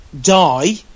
die